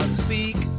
speak